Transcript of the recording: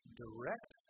direct